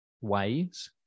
ways